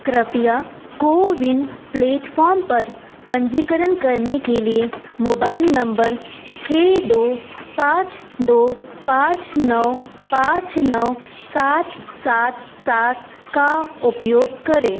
कृपया कोविन प्लेटफ़ॉर्म पर पंजीकरण करने के लिए मोबाइल नंबर छः दो पाँच दो पाँच नौ पाँच नौ सात सात सात का उपयोग करें